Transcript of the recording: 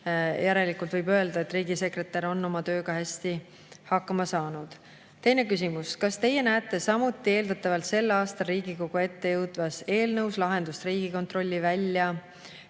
Järelikult võib öelda, et riigisekretär on oma tööga hästi hakkama saanud. Teine küsimus: "Kas Teie näete samuti eeldatavalt sel aastal Riigikogu ette jõudvas [kobar]eelnõus lahendust Riigikontrolli välja